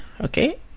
okay